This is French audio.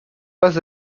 pas